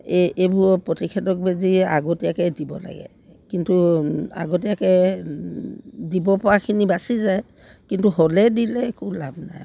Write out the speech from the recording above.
এই এইবোৰ প্ৰতিষেধক বেজী আগতীয়াকৈ দিব লাগে কিন্তু আগতীয়াকৈ দিব পৰাখিনি বাচি যায় কিন্তু হ'লে দিলে একো লাভ নাই আৰু